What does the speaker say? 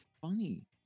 funny